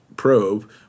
probe